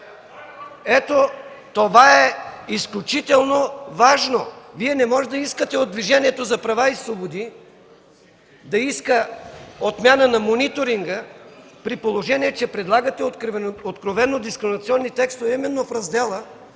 ГЕРБ.) Това е изключително важно. Вие не можете да искате от Движението за права и свободи да иска отмяна на мониторинга, при положение че предлагате откровено дискриминационни текстове именно в раздела,